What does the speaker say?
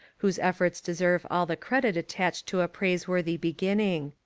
whose efforts deserve all the credit attached to a praiseworthy beginning.